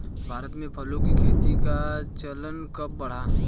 भारत में फलों की खेती का चलन कब बढ़ा?